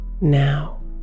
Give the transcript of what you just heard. now